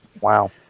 Wow